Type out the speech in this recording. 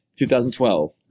2012